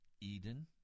Eden